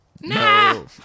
no